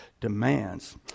demands